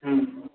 ହୁଁ